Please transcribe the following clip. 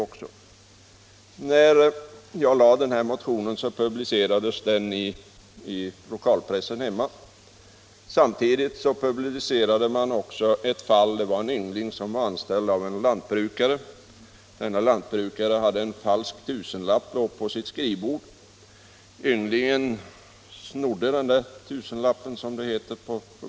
När vi väckte motionen 1252 publicerades den i lokalpressen hemma. Samtidigt fanns där en redogörelse för hur en yngling hade lagt sig till med en falsk tusenlapp, tillhörig den lantbrukare hos vilken han var anställd. Tusenlappen låg på lantbrukarens skrivbord och ynglingen snodde den, som det heter.